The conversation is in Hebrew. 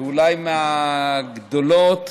אולי מהגדולות,